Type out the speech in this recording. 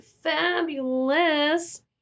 fabulous